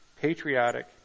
patriotic